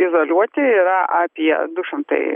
izoliuoti yra apie du šimtai